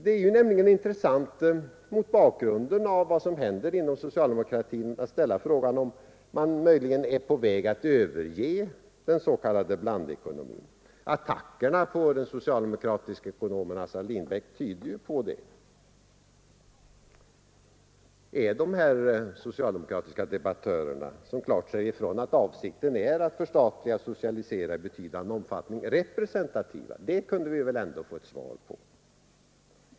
Det är nämligen intressant mot bakgrunden av vad som händer inom socialdemokratin att ställa frågan om man möjligen är på väg att överge den s.k. blandekonomin. Attackerna på den socialdemokratiske ekonomen Assar Lindbeck tyder ju på det. Är de här socialdemokratiska debattörerna, som klart säger ifrån att avsikten är att förstatliga/socialisera i betydande omfattning, representativa? Det kunde vi väl ändå få ett svar på.